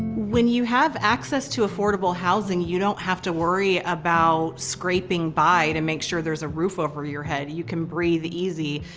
when you have access to affordable housing, you don't have to worry about scraping by to make sure there's a roof over your head. you can breathe easy.